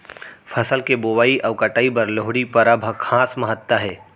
फसल के बोवई अउ कटई बर लोहड़ी परब ह खास महत्ता हे